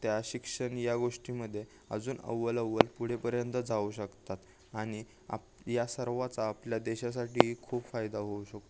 त्या शिक्षण या गोष्टीमध्ये अजून अव्वल अव्वल पुढेपर्यंत जाऊ शकतात आणि आप या सर्वाचा आपल्या देशासाठीही खूप फायदा होऊ शकतो